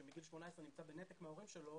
שמגיל 18 נמצא בנתק מההורים שלו,